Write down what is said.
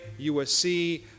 USC